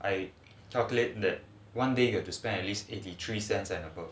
I calculate that one day you have to spend at least eighty three cents and above